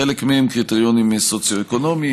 חלק מהם קריטריונים סוציו-אקונומיים,